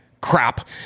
crap